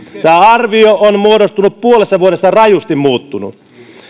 tämä arvio on muodostunut puolessa vuodessa rajusti muuttunut